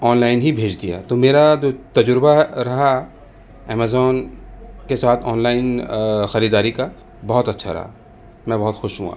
on line ہی بھیج دیا تو میرا جو تجربہ رہا ایمازون کے ساتھ آن لائن خریداری کا بہت اچھا رہا میں بہت خوش ہوا